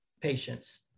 patients